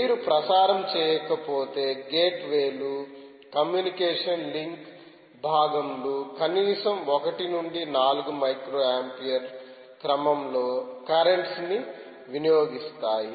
మీరు ప్రసారం చేయకపోతే గేట్వేలు కమ్యూనికేషన్ లింక్ భాగం లు కనీసం ఒకటి నుండి నాలుగు మైక్రో ఆంపియర్ క్రమం లో కర్రెంట్స్ ని వినియోగిస్తాయి